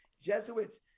Jesuits